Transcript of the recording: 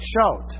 shout